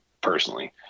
personally